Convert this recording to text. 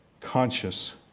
conscious